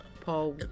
Paul